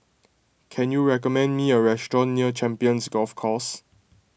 can you recommend me a restaurant near Champions Golf Course